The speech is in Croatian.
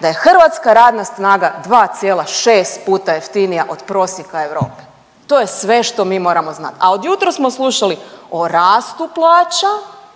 da je hrvatska radna snaga 2,6 puta jeftinija od prosjeka Europe, to je sve što mi moramo znat. A od jutros smo slušali o rastu plaća